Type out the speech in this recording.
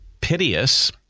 piteous